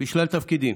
בשלל תפקידים.